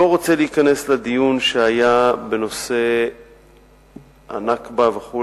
לא רוצה להיכנס לדיון שהיה בנושא ה"נכבה" וכו',